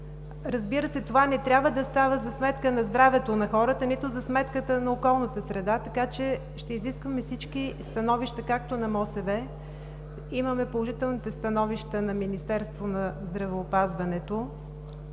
Разбира се, това не трябва да става за сметка на здравето на хората, нито за сметка на околната среда. Така че ще изискаме всички становища, както на МОСВ – имаме положителните становища на Министерството на здравеопазването,